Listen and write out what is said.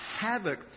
havoc